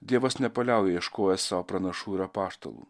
dievas nepaliauja ieškojęs savo pranašų ir apaštalų